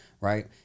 right